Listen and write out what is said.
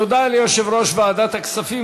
תודה ליושב-ראש ועדת הכספים.